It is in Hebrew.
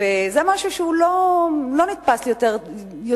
וזה משהו שהוא לא נתפס יותר מדי.